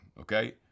okay